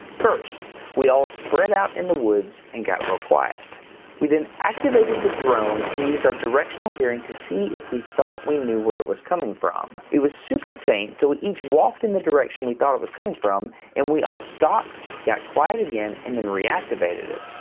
first, we all spread out in the woods and got real quiet we then activated the drone and used our directional hearing to see if we thought we knew where it was coming from. it was super faint so each walked in the direction. we thought it was coming from and we all stopped, got quiet again, and then reactivated it.